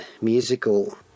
musical